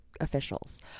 officials